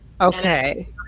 Okay